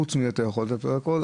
חוץ מזה אתה יכול לטפל בכול.